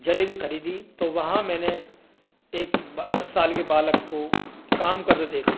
जलेबी खरीदी तो वहाँ मैंने एक दस साल के बालक को काम करते देखा